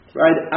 right